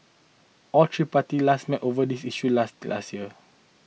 all three parties last met over this issue late last year